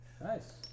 Nice